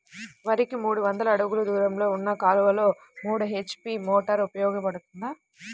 వరికి మూడు వందల అడుగులు దూరంలో ఉన్న కాలువలో మూడు హెచ్.పీ మోటార్ ఉపయోగపడుతుందా?